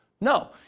No